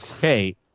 Hey